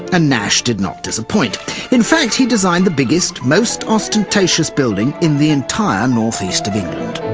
and nash did not disappoint. in fact, he designed the biggest, most ostentatious building in the entire northeast of england.